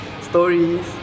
stories